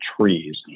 trees